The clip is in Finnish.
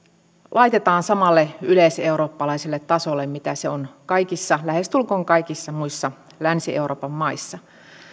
laitetaan samalle yleiseurooppalaiselle tasolle mitä se on lähestulkoon kaikissa muissa länsi euroopan maissa